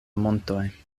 montoj